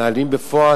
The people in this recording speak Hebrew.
על מנהלים בפועל,